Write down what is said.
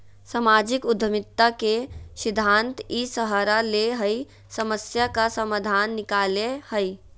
सामाजिक उद्यमिता के सिद्धान्त इ सहारा ले हइ समस्या का समाधान निकलैय हइ